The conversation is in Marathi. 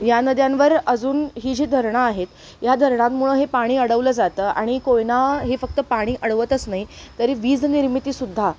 या नद्यांवर अजून ही जी धरणं आहेत ह्या धरणांमुळं हे पाणी अडवलं जातं आणि कोयना हे फक्त पाणी अडवतच नाही तरी वीज निर्मिती सुद्धा